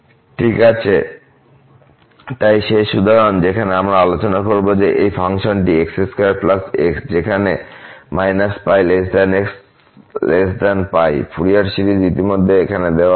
ঠিক আছে তাই শেষ উদাহরণ যেখানে আমরা আলোচনা করব যে এই ফাংশন সিরিজ x2x যেখানে π x π ফুরিয়ার সিরিজ ইতিমধ্যে এখানে দেওয়া হয়েছে